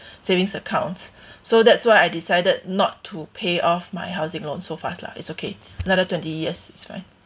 savings account so that's why I decided not to pay off my housing loan so fast lah it's okay another twenty years it's fine